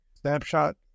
Snapshot